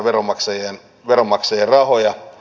säästetään veronmaksajien rahoja